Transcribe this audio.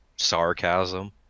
sarcasm